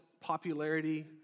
popularity